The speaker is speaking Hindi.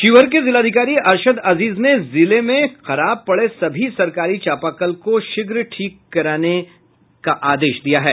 शिवहर के जिलाधिकारी अरशद अजीज ने जिले में खराब पड़े सभी सरकारी चापाकल को शीघ्र ठीक कराने की आदेश दिये हैं